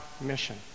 mission